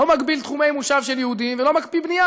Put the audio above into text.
לא מגביל תחומי מושב של יהודים ולא מקפיא בנייה,